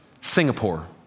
Singapore